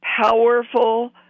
powerful